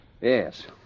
Yes